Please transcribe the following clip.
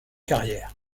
carrière